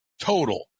total